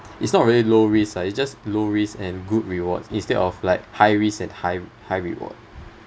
it's not really low risk ah it's just low risk and good rewards instead of like high risk and high high reward